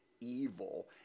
evil